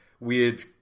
weird